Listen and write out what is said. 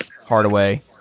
Hardaway